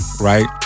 right